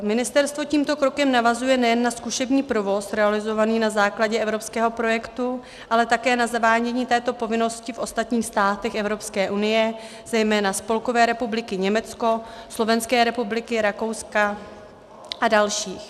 Ministerstvo tímto krokem navazuje nejen na zkušební provoz realizovaný na základě evropského projektu, ale také na zavádění této povinnosti v ostatních státech Evropské unie, zejména Spolkové republiky Německo, Slovenské republiky, Rakouska a dalších.